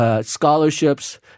scholarships